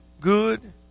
good